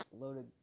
loaded